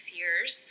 years